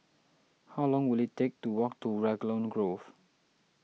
how long will it take to walk to Raglan Grove